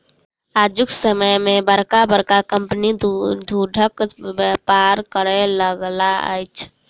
आजुक समय मे बड़का बड़का कम्पनी दूधक व्यापार करय लागल अछि